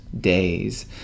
days